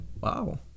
Wow